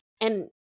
and-